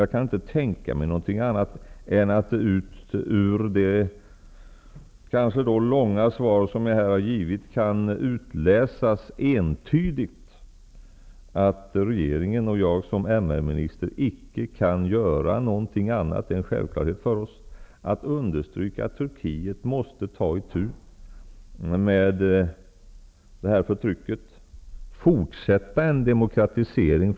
Jag kan inte tänka mig något annat än att det ut ur det kanske långa svar som jag givit här kan utläsas entydigt att regeringen och jag som MR-minister icke kan göra något annat. Det är en självklarhet för oss att understryka att Turkiet måste ta itu med förtrycket. De måste fortsätta en demokratisering.